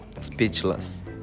Speechless